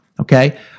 Okay